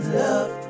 love